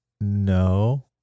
No